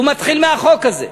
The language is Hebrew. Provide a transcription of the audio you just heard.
הוא מתחיל מהחוק הזה,